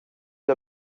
der